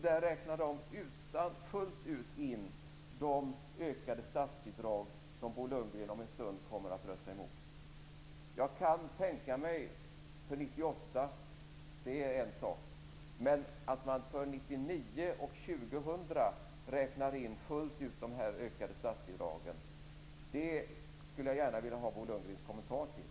Där räknar de in, fullt ut, de ökade statsbidrag som Bo Lundgren om en stund kommer att rösta emot. Jag kan förstå att man gör det för 1998. Det är en sak. Men att man för 1999 och 2000 fullt ut räknar in de här ökade statsbidragen skulle jag gärna vilja ha Bo Lundgrens kommentar till.